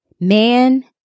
Man